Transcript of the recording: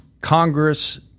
Congress